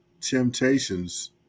temptations